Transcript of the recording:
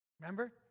Remember